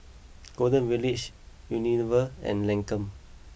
Golden Village Unilever and Lancome